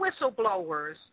whistleblowers